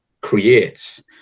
creates